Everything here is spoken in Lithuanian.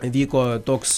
vyko toks